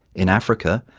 in africa,